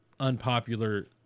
Unpopular